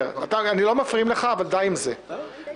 גם בכתב אישום שמוגש לבית משפט,